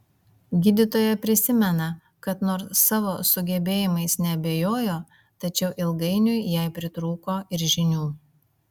gydytoja prisimena kad nors savo sugebėjimais neabejojo tačiau ilgainiui jai pritrūko ir žinių